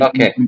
Okay